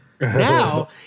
Now